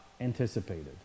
anticipated